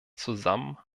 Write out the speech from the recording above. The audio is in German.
zusammen